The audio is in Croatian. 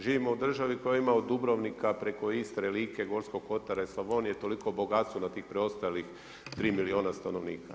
Živimo u državi koja ima od Dubrovnika, preko Istre, Like, Gorskog kotara i Slavonije toliko bogatstvo na tih preostalih 3 milijuna stanovnika.